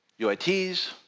UITs